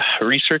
research